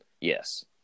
Yes